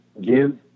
give